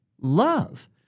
love